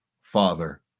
Father